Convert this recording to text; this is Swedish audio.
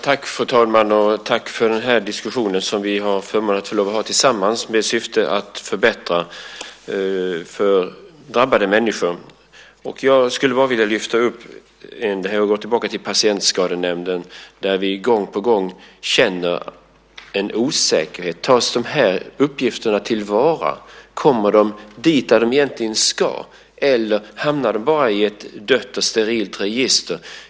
Fru talman! Jag vill tacka för den diskussion som vi har haft förmånen att få ha tillsammans med syftet att förbättra för drabbade människor. Jag vill gå tillbaka till frågan om patientskadenämnden. Där känner vi gång på gång en osäkerhet. Tas uppgifterna till vara? Kommer de dit där de egentligen ska, eller hamnar de bara i ett dött och sterilt register?